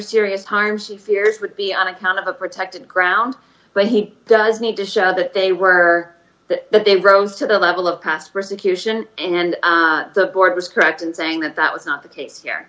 serious harm she fears would be on account of a protected ground but he does need to show that they were that they rose to the level of past persecution and the court was correct in saying that that was not the case here